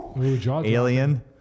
Alien